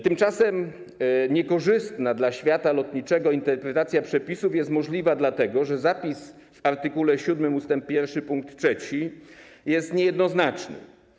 Tymczasem niekorzystna dla świata lotniczego interpretacja przepisów jest możliwa dlatego, że zapis w art. 7 ust. 1 pkt 3 jest niejednoznaczny.